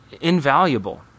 invaluable